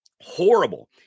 Horrible